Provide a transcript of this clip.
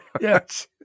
Yes